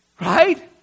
right